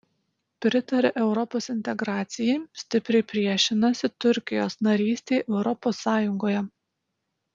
pritaria europos integracijai stipriai priešinasi turkijos narystei europos sąjungoje